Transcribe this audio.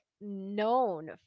known